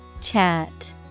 Chat